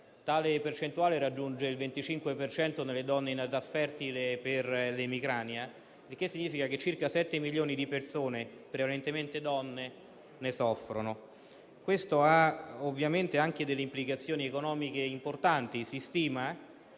l'emicrania raggiunge il 25 per cento nelle donne in età fertile, il che significa che circa 7 milioni di persone, prevalentemente donne, ne soffrono. Questo ha ovviamente anche delle implicazioni economiche importanti.